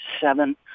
seven